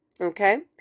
Okay